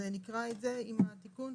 אני אקרא את זה עם התיקון: